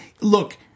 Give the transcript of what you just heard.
Look